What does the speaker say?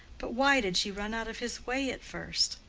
but why did she run out of his way at first?